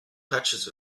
patches